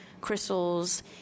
crystals